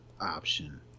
option